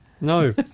No